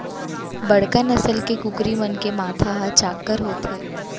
बड़का नसल के कुकरी मन के माथा ह चाक्कर होथे